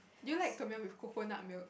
do you like Tom-yum with coconut milk